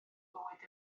bywyd